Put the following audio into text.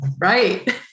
Right